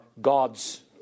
God's